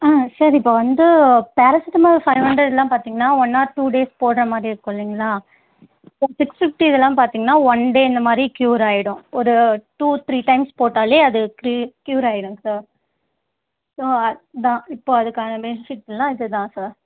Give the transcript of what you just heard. ஆ sir இப்போ வந்து paracetamol five ஹண்ட்ரட்டெலாம் பார்த்தீங்கன்னா ஒன் ஆர் டூ டேஸ் போடுற மாதிரி இருக்கும் இல்லைங்களா இப்போ சிக்ஸ் ஃபிஃப்ட்டி இதெல்லாம் பார்த்தீங்கன்னா ஒன் டே இந்தமாதிரி க்யூராகிடும் ஒரு டூ த்ரீ டைம்ஸ் போட்டாலே அது க்யூ க்யூராகிடுங் சார் ஸோ அதுதான் இப்போ அதுக்கான பெனிஃபிட்ஸ்ஸெல்லாம் இதுதான் சார்